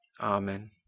Amen